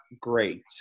great